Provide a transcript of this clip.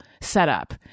setup